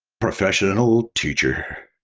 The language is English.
professional teacher.